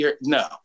no